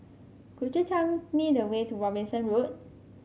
could you tell me the way to Robinson Road